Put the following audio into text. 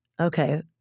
Okay